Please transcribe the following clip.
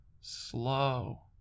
slow